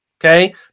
okay